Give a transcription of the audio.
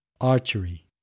archery